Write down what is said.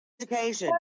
Education